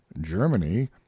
Germany